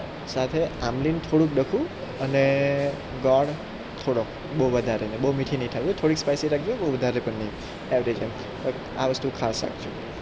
સાથે આંબલીનું થોડુંક ડખું અને ગોળ થોડોક બહુ વધારે નહીં બહુ મીઠી નહીં થોડી સ્પાઈસી રાખજો બહુ વધારે પણ નહીં એવરેજ આ વસ્તુ ખાસ રાખજો